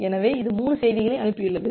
எனவே இது 3 செய்திகளை அனுப்பியுள்ளது